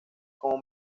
como